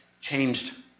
changed